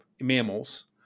mammals